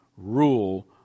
rule